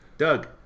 Doug